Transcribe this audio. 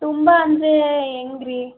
ತುಂಬ ಅಂದರೆ ಹೆಂಗ್ ರೀ